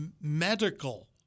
medical